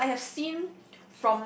because I have seen